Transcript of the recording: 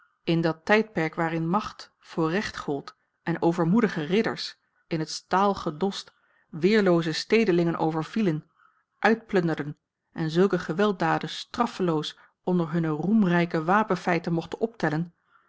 in dat tijdperk waarin macht voor recht gold en overmoedige ridders in het staal gedost weerlooze stedelingen overvielen uitplunderden en zulke gewelddaden straffeloos onder hunne roemrijke wapenfeiten mochten optellen